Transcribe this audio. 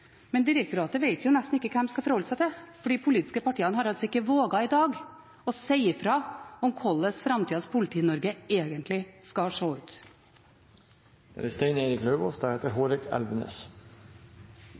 men direktoratet vet jo nesten ikke hva de skal forholde seg til, fordi de politiske partiene ikke har våget i dag å si fra om hvordan framtidas Politi-Norge egentlig skal se ut. Politireformen ble veldig mye bedre etter forliket. Det må man kunne si. Jeg representerer Østfold, som er